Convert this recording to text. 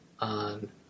on